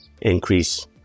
increase